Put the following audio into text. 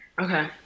Okay